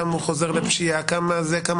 כמה הוא חוזר לפשיעה וכולי.